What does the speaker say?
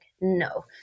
no